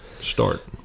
start